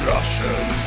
Russian